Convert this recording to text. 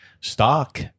stock